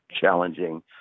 challenging